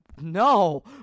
No